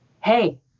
hey